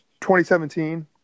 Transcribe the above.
2017